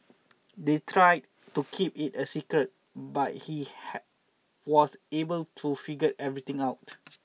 they tried to keep it a secret but he had was able to figure everything out